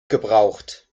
gebraucht